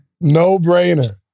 No-brainer